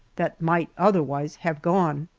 that might otherwise have gone.